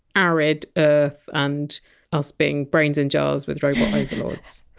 arid earth and us being brains in jars with robot overlords.